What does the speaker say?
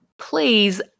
please